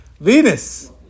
Venus